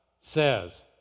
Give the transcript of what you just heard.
says